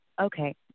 Okay